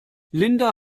linda